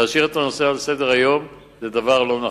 להשאיר את הנושא על סדר-היום זה דבר לא נכון.